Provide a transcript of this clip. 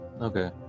Okay